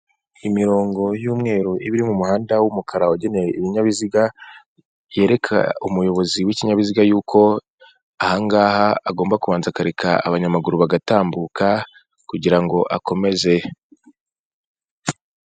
Imirongo y'umweru iba mu muhanda w'umukara wagenewe ibinyabiziga, yereka umuyobozi w'ikinyabiziga yuko ahangaha agomba kubanza akareka abanyamaguru bagatambuka kugira ngo akomeze.